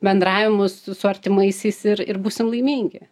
bendravimu su su artimaisiais ir ir būsim laimingi